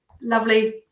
lovely